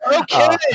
okay